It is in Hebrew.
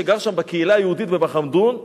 שגר שם בקהילה היהודית בבחמדון.